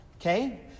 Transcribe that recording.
Okay